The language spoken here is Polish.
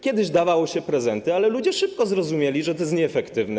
Kiedyś dawało się prezenty, ale ludzie szybko zrozumieli, że to jest nieefektywne.